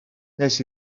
wnes